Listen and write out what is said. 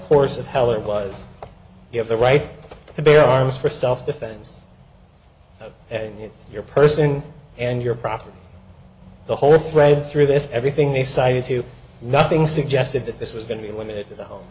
course of heller was you have the right to bear arms for self defense it's your person and your property the whole thread through this everything they cited to nothing suggested that this was going to be limited